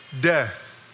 death